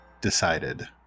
decided